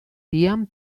tian